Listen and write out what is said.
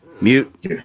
Mute